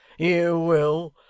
you will.